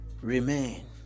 remain